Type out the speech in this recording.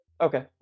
Okay